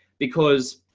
because